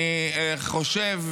אני חושב,